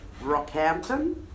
Rockhampton